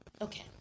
okay